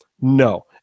No